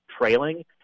trailing